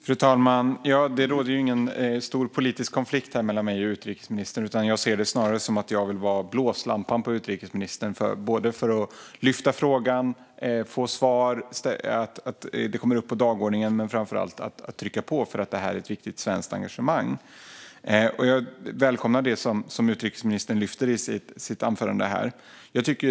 Fru talman! Det finns ingen stor politisk konflikt mellan mig och utrikesministern. Jag ser det snarare som att jag vill vara en blåslampa på utrikesministern både för att lyfta upp frågan så att den kommer upp på dagordningen och för att få svar. Jag vill framför allt trycka på eftersom detta är ett viktigt svenskt engagemang. Jag välkomnar det som utrikesministern tar upp i sitt anförande.